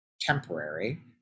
temporary